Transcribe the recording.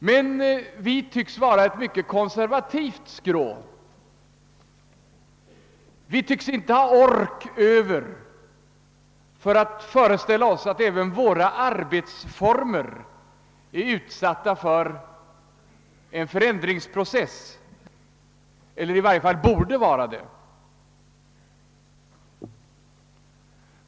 Men vi tycks vara ett mycket konservativt skrå och inte ha ork över att föreställa oss att även våra arbetsformer är underkastade en förändringsprocess, eller i varje fall borde vara det.